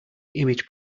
image